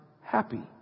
happy